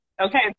okay